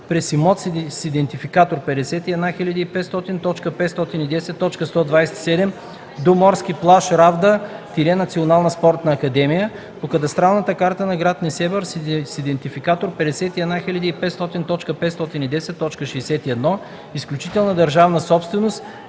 през имот с идентификатор: 51500.510.127 до морски плаж „Равда – Национална спортна академия” по кадастралната карта на гр. Несебър с идентификатор: 51500.510.61, изключителна държавна собственост,